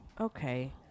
Okay